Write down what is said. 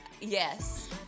Yes